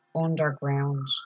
underground